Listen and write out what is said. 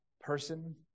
person